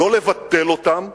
לא לבטל אותם,